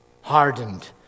hardened